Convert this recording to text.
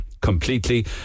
completely